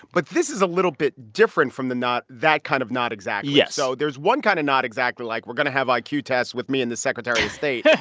but this is a little bit different from the not that kind of not exactly yes so there's one kind of not exactly like, we're going to have like iq tests with me and the secretary of state. yeah